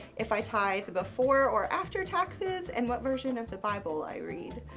if i tithe before or after taxes and what version of the bible i read.